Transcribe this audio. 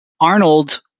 Arnold